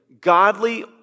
godly